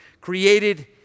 created